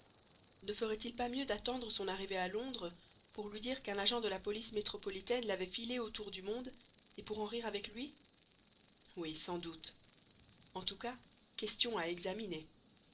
ne ferait-il pas mieux d'attendre son arrivée à londres pour lui dire qu'un agent de la police métropolitaine l'avait filé autour du monde et pour en rire avec lui oui sans doute en tout cas question à examiner